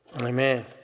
Amen